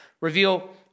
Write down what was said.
reveal